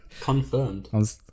Confirmed